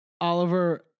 Oliver